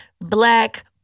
black